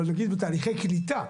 תהליכי קליטה.